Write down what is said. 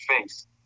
face